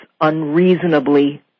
unreasonably